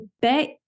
bet